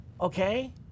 Okay